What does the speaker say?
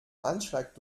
anschlag